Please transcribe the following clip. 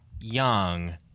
young